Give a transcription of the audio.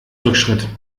rückschritt